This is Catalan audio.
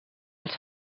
als